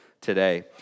today